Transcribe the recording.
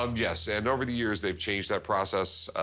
um yes, and over the years, they've changed that process,